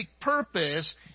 purpose